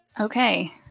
Okay